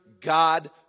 God